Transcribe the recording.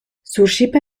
surŝipe